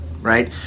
right